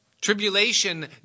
Tribulation